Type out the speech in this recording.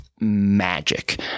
magic